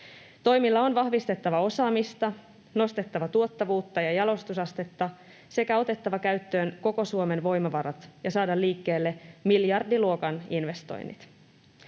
Toimilla on vahvistettava osaamista, nostettava tuottavuutta ja jalostusastetta sekä otettava käyttöön koko Suomen voimavarat ja saatava liikkeelle miljardiluokan investoinnit.